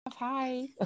Hi